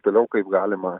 toliau kaip galima